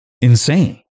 insane